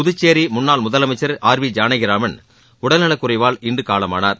புதுச்சேரி முன்னாள் முதலமைச்சர் திரு ஆர் வி ஜானகி ராமன் உடல்நலக் குறைவால் இன்று காலமானார்